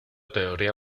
teoría